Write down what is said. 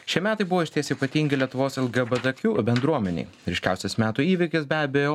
šie metai buvo išties ypatingi lietuvos lgbtq bendruomenei ryškiausias metų įvykis be abejo